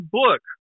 book